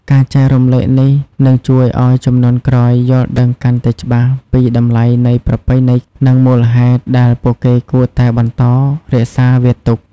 ការចែករំលែកនេះនឹងជួយឱ្យជំនាន់ក្រោយយល់ដឹងកាន់តែច្បាស់ពី តម្លៃនៃប្រពៃណី និងមូលហេតុដែលពួកគេគួរតែបន្តរក្សាវាទុក ។